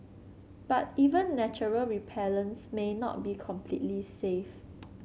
but even natural repellents may not be completely safe